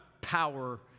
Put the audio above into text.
power